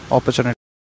Opportunity